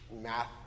math